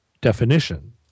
definition